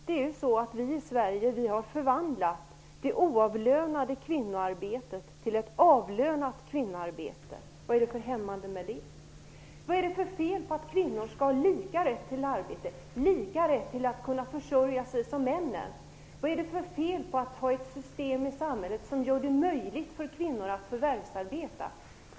Det är ju så, att i Sverige har vi förvandlat det oavlönade kvinnoarbetet till ett avlönat kvinnoarbete. Vad är det för hämmande med det? Vad är det för fel på att kvinnor skall ha lika rätt till arbete, lika rätt till att kunna försörja sig, som männen? Vad är det för fel på att ha ett system i samhället som gör det möjligt för kvinnor att förvärvsarbeta?